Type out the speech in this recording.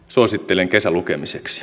suosittelen kesälukemiseksi